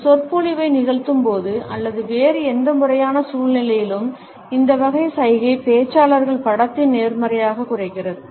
ஒரு சொற்பொழிவை நிகழ்த்தும்போது அல்லது வேறு எந்த முறையான சூழ்நிலையிலும் இந்த வகை சைகை பேச்சாளர்கள் படத்தின் நேர்மறையை குறைக்கிறது